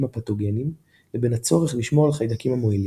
הפתוגניים לבין הצורך לשמור על החיידקים המועילים.